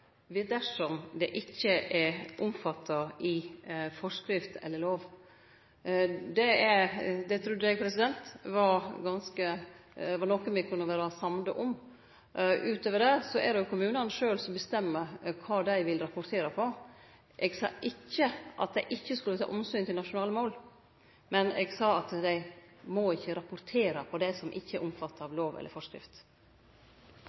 dersom det ikkje er omfatta i forskrift eller lov. Det trudde eg var noko me kunne vere samde om. Utover det er det kommunane sjølve som bestemmer kva dei vil rapportere om. Eg sa ikkje at dei ikkje skal ta omsyn til nasjonale mål, men eg sa at dei ikkje må rapportere om det som ikkje er omfatta